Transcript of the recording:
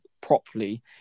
properly